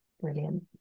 Brilliant